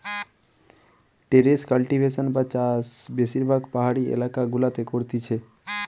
terrace cultivation বা চাষ বেশিরভাগ পাহাড়ি এলাকা গুলাতে করতিছে